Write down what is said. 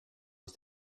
aus